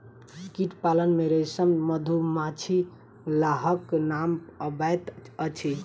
कीट पालन मे रेशम, मधुमाछी, लाहक नाम अबैत अछि